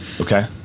Okay